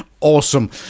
Awesome